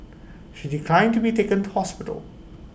she declined to be taken to hospital